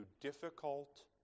difficult